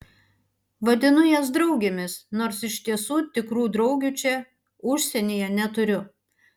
vadinu jas draugėmis nors iš tiesų tikrų draugių čia užsienyje neturiu